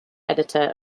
editor